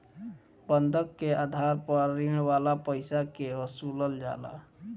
बंधक के आधार पर ऋण वाला पईसा के वसूलल जाला